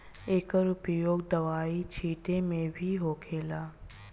एकर उपयोग दवाई छींटे मे भी होखेला